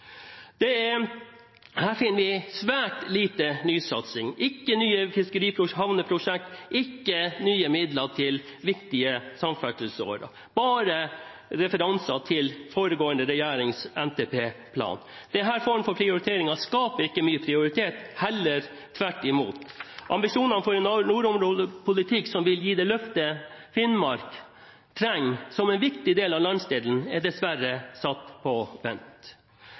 et eksempel. Her finner vi svært lite nysatsing – ikke nye havneprosjekter, ikke nye midler til viktige samferdselsårer, men bare referanser til foregående regjerings NTP-plan. Denne formen for prioriteringer skaper ikke mye aktivitet, heller tvert imot. Ambisjonene for en nordområdepolitikk som vil gi det løftet Finnmark trenger som en viktig del av landsdelen, er dessverre satt på vent.